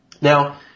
Now